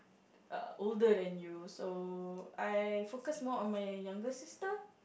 uh older than you so I focus more on my younger sister